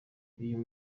uyu